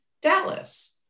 Dallas